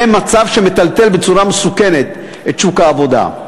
זה מצב שמטלטל בצורה מסוכנת את שוק העבודה.